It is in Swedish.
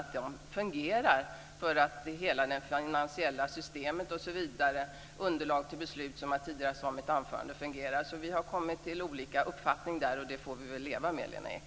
Det är viktigt för att hela det finansiella systemet och framtagandet av underlag för beslut ska fungera. Så vi har kommit till olika uppfattning där, och det får vi väl leva med, Lena Ek.